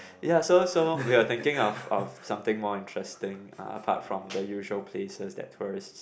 ya so so we are thinking of of something more interesting apart from the usual places that tourists